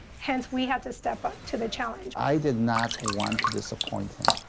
hence, we had to step up to the challenge. i did not want to disappoint him,